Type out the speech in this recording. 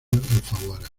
alfaguara